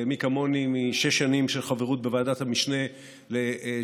ומי כמוני משש שנים של חברות בוועדת המשנה לשירותים,